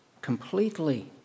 Completely